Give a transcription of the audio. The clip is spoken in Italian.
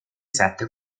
sette